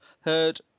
heard